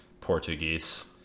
Portuguese